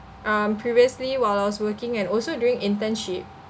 um previously while I was working and also during internship